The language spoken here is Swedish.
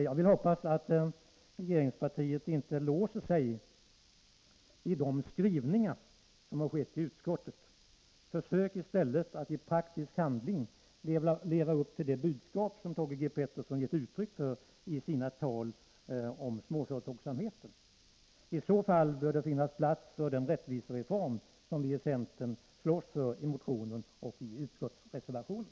Jag vill hoppas att regeringspartiet inte låser sig vid de skrivningar som gjorts i utskottet. Försök i stället att i praktisk handling leva upp till det budskap som Thage G. Peterson gett uttryck för i sina tal om småföretagsamheten! I så fall bör det finnas plats för den rättvisereform som vi i centern slåss för i motionen och i utskottsreservationen.